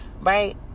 right